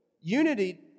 Unity